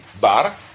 bar